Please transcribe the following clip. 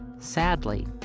sadly,